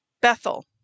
Bethel